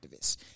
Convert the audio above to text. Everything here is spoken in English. activists